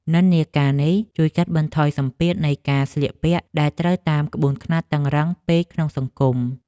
និន្នាការនេះបានជួយកាត់បន្ថយសម្ពាធនៃការស្លៀកពាក់ដែលត្រូវតាមក្បួនខ្នាតតឹងរ៉ឹងពេកក្នុងសង្គម។